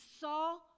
saw